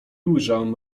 ujrzałem